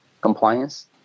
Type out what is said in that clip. compliance